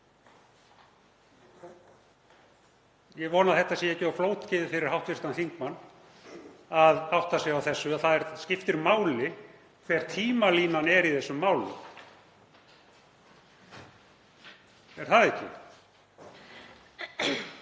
Ég vona að það sé ekki of flókið fyrir hv. þingmann að átta sig á þessu, að það skipti máli hver tímalínan er í þessum málum. Er það ekki?